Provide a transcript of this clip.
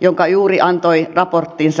joka juuri antoi raporttinsa tovi sitten